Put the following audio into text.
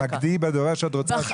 תתמקדי בדבר שאת רוצה שהוא יעשה.